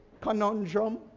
conundrum